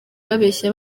babeshya